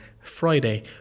Friday